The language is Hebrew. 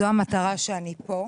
זו המטרה שלשמה אני פה.